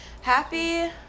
Happy